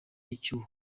icyuho